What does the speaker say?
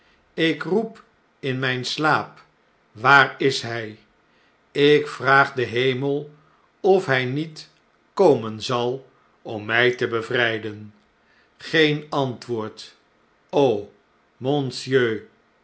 ik roep in mjjn slaap waar is hn ik vraag den hemel of hn niet komen zal om mii te bevrjjden geen antwoord monsieur